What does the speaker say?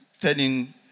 telling